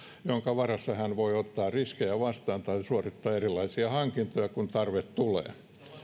jonka varassa voi ottaa riskejä vastaan tai suorittaa erilaisia hankintoja kun tarve tulee